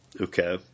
okay